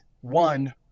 one